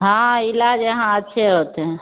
हाँ इलाज यहां अच्छे होते हैं